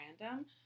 random